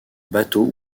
bateau